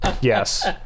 Yes